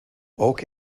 oak